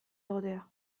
egotea